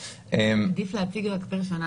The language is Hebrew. עדיף להציג פר שנה.